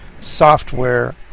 software